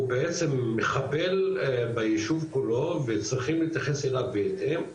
הוא בעצם מחבל ביישוב כולו וצריכים להתייחס אליו בהתאם.